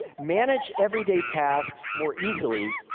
manage everyday tasks more easily,